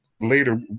later